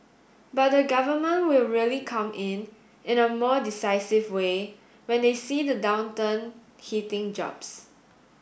but the Government will really come in in a more decisive way when they see the downturn hitting jobs